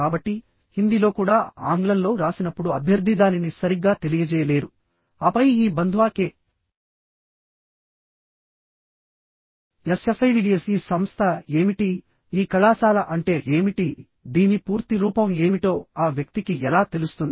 కాబట్టిహిందీలో కూడా ఆంగ్లంలో వ్రాసినప్పుడు అభ్యర్థి దానిని సరిగ్గా తెలియజేయలేరుఆపై ఈ బంధ్వా కె ఎస్ఎఫ్ఐడిడిఎస్ ఈ సంస్థ ఏమిటి ఈ కళాశాల అంటే ఏమిటి దీని పూర్తి రూపం ఏమిటో ఆ వ్యక్తికి ఎలా తెలుస్తుంది